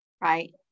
right